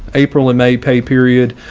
april and may pay period,